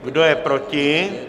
Kdo je proti?